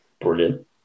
Brilliant